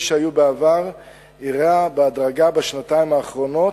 שהיו בעבר אירע בהדרגה בשנתיים האחרונות,